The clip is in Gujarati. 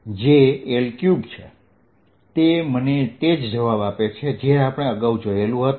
જે L3 છે તે મને તે જ જવાબ આપે છે જે આપણે અગાઉ જોયેલું હતું